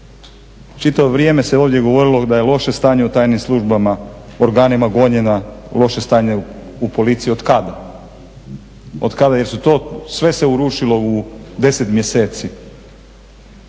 čitavo vrijeme se ovdje govorilo da je loše stanje u tajnim službama, organima gonjena, loše stanje u policiji. Od kada? Od kada je se to, sve se urušilo u 10 mjeseci.